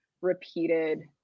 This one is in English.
repeated